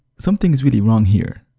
something is really wrong here.